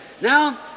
Now